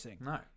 No